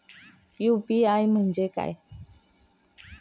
UPI म्हणजे काय?